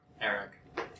Eric